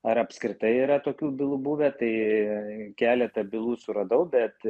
ar apskritai yra tokių bylų buvę tai keletą bylų suradau bet